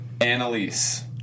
Annalise